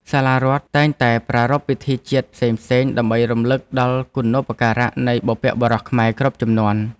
សាលារដ្ឋតែងតែប្រារព្ធពិធីបុណ្យជាតិផ្សេងៗដើម្បីរំលឹកដល់គុណូបការៈនៃបុព្វបុរសខ្មែរគ្រប់ជំនាន់។